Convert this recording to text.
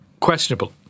questionable